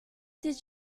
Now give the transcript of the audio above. did